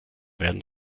werden